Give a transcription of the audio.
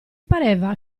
pareva